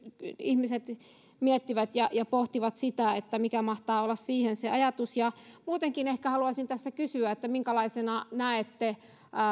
ihmiset miettivät ja ja pohtivat sitä mikä mahtaa olla siihen se ajatus ja muutenkin ehkä haluaisin tässä kysyä minkälaisena näette